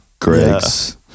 Greg's